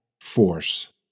force